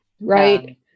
Right